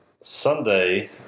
sunday